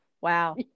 wow